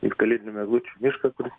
į kalėdinių eglučių mišką kuris